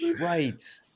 right